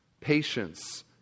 patience